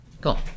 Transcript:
Cool